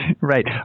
Right